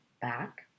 back